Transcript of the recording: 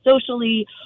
socially